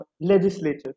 legislature